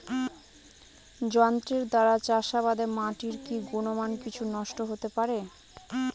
যন্ত্রের দ্বারা চাষাবাদে মাটির কি গুণমান কিছু নষ্ট হতে পারে?